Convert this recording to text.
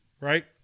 right